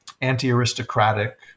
anti-aristocratic